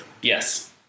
Yes